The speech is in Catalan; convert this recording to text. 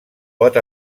pot